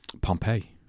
Pompeii